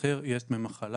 לשכיר יש דמי מחלה.